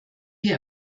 wir